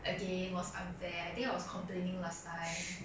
again was unfair I think I was complaining last time